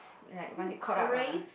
like once it caught up ah